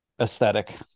aesthetic